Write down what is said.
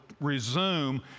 resume